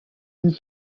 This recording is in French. une